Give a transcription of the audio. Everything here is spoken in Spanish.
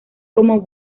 como